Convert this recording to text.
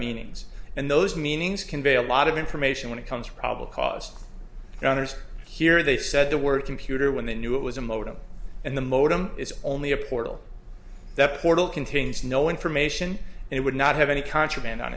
meanings and those meanings convey a lot of information when it comes probably cause and others here they said the word computer when they knew it was a modem and the modem is only a portal that portal contains no information and it would not have any contraband on